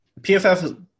PFF